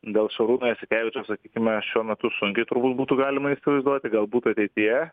dėl šarūno jasikevičiaus sakykime šiuo metu sunkiai turbūt būtų galima įsivaizduoti galbūt ateityje